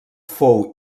fou